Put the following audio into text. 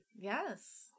Yes